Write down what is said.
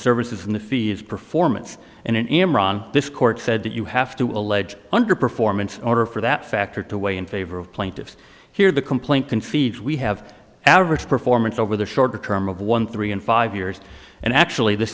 services and the fee is performance and in this court said that you have to allege under performance order for that factor to weigh in favor of plaintiffs here the complaint can feed we have average performance over the short term of one three and five years and actually the